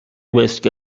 risk